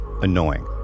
annoying